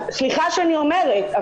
אז סליחה שאני אומרת,